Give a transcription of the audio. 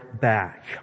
back